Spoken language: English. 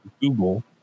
Google